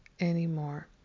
anymore